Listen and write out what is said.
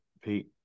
Pete